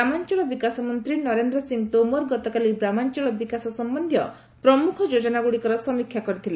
ଗ୍ରାମାଞ୍ଚଳ ବିକାଶ ମନ୍ତ୍ରୀ ନରେନ୍ଦ୍ର ସିଂ ତୋମର ଗତକାଲି ଗ୍ରାମାଞ୍ଚଳ ବିକାଶ ସମ୍ପନ୍ଧୀୟ ପ୍ରମ୍ରଖ ଯୋଜନାଗ୍ରଡ଼ିକର ସମୀକ୍ଷା କରିଥିଲେ